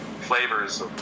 flavors